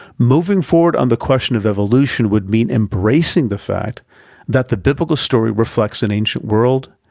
moving forward on the question of evolution would mean embracing the fact that the biblical story reflects an ancient world,